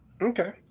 Okay